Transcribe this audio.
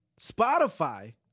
Spotify